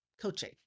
coaching